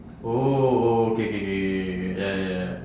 oh oh K K K K K ya ya ya ya